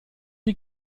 die